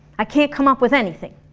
i can't come up with anything.